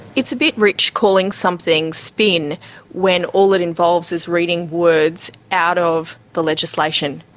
it's a bit rich calling something spin when all it involves is reading words out of the legislation.